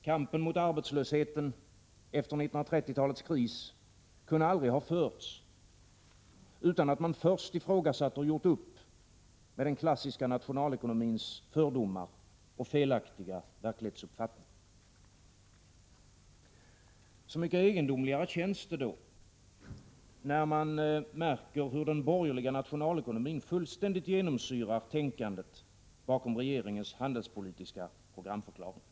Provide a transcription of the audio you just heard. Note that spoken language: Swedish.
Kampen mot arbetslösheten efter 1930-talets kris kunde aldrig ha förts utan att man först ifrågasatt och gjort upp med den klassiska nationalekonomins fördomar och felaktiga verklighetsuppfattning. Så mycket egendomligare känns det, när man märker hur den borgerliga nationalekonomin fullständigt genomsyrar tänkandet bakom regeringens handelspolitiska programförklaring.